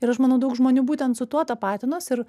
ir aš manau daug žmonių būtent su tuo tapatinos ir